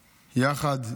יחד,